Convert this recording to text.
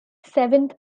seventh